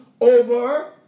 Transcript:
over